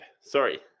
sorry